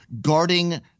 guarding